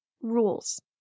rules